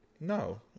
no